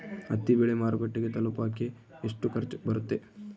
ಹತ್ತಿ ಬೆಳೆ ಮಾರುಕಟ್ಟೆಗೆ ತಲುಪಕೆ ಎಷ್ಟು ಖರ್ಚು ಬರುತ್ತೆ?